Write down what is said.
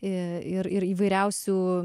i ir ir įvairiausių